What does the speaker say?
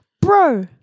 Bro